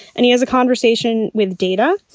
and he has a conversation with data.